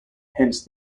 hence